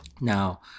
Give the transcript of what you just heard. Now